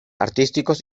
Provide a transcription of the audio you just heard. artísticos